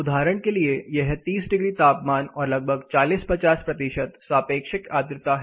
उदाहरण के लिए यह 30 डिग्री तापमान और लगभग 40 50 प्रतिशत सापेक्षिक आद्रता है